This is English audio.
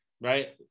right